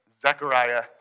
Zechariah